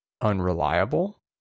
unreliable